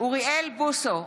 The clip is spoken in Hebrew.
אוריאל בוסו,